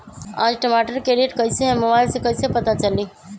आज टमाटर के रेट कईसे हैं मोबाईल से कईसे पता चली?